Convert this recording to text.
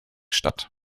statt